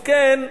מסכן,